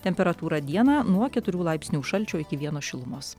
temperatūra dieną nuo keturių laipsnių šalčio iki vieno šilumos